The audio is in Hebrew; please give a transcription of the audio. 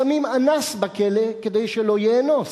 שמים אנס בכלא, כדי שלא יאנוס.